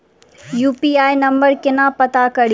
UPI number केना पत्ता कड़ी?